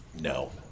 no